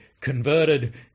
converted